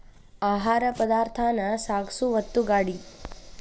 ಆಹಾರ ಪದಾರ್ಥಾನ ಸಾಗಸು ಒತ್ತುಗಾಡಿ